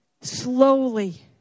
slowly